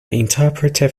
interpretive